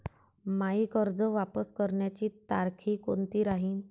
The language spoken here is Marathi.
मायी कर्ज वापस करण्याची तारखी कोनती राहीन?